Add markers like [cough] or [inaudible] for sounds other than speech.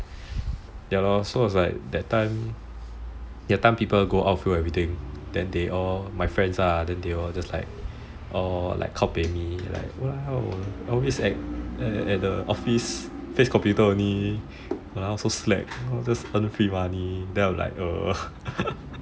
ya lor that time people go outfield everything then they all my friends ah they all just like kao peh me like !walao! I always at the office face computer only !walao! so slack just earn free money then I'm like [laughs]